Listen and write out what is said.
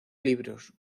libros